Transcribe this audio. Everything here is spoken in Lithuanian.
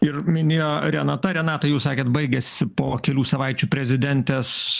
ir minėjo renata renata jūs sakėt baigiasi po kelių savaičių prezidentės